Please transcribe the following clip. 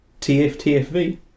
TFTFV